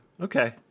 Okay